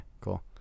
cool